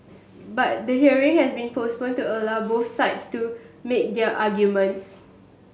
but the hearing has been postponed to allow both sides to make their arguments